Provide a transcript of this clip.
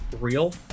real